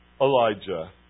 Elijah